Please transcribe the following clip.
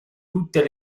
tutte